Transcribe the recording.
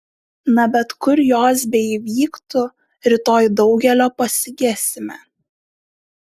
na bet kur jos beįvyktų rytoj daugelio pasigesime